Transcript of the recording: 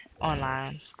online